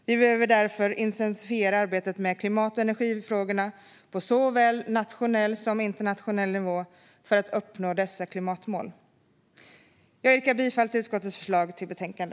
Vi behöver därför intensifiera arbetet med klimat och energifrågorna på såväl nationell som internationell nivå för att uppnå dessa klimatmål. Jag yrkar bifall till förslaget i utskottets betänkande.